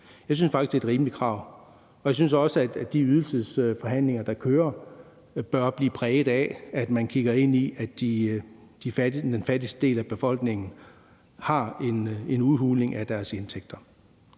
Jeg synes faktisk, det er et rimeligt krav, og jeg synes også, at de ydelsesforhandlinger, der kører, bør blive præget af, at man kigger ind i, at den fattigste del af befolkningen har en udhuling af deres indtægter.